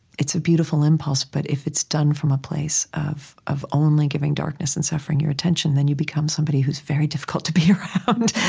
it's a beautiful impulse, but if it's done from a place of of only giving darkness and suffering your attention, then you become somebody who's very difficult to be around.